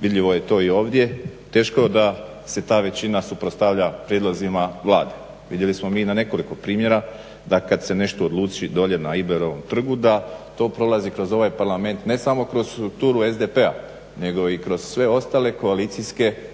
vidljivo je to i ovdje teško da se ta većina suprotstavlja prijedlozima Vlade. Vidjeli smo mi na nekoliko primjera da kada se nešto odluči dolje na Iblerovom trgu da to prolazi kroz ovaj Parlament ne samo kroz turu SDP-a nego i kroz sve ostale koalicijske partnere